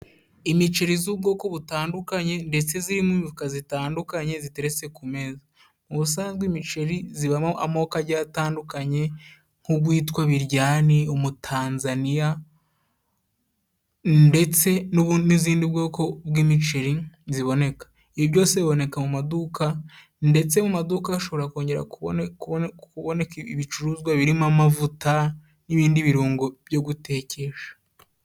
Imiceri z'ubwoko butandukanye ndetse ziri mu mifuka zitandukanye ziteretse ku meza. Ubusanzwe imiceri zibamo amoko agiye atandukanye nk'ugwitwa biryane, umutanzaniya ndetse n'izindi bwoko bw'imiceri ziboneka. Ibi byose biboneka mu maduka ndetse mu maduka hashobora kongera kuboneka ibicuruzwa birimo amavuta n'ibindi birungo byo gutekesha.